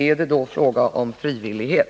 Är det då fråga om frivillighet?